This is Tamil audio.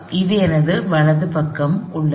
இது என் வலது பக்கம் உள்ளது